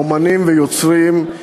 אמנים ויוצרים,